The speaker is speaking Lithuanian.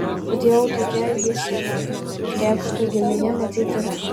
bet jau tokia ji sena krėpštų giminė matyt yra